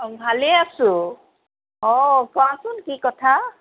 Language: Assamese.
অ ভালেই আছোঁ অঁ কোৱাচোন কি কথা